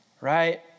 right